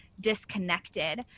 disconnected